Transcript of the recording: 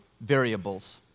variables